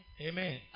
Amen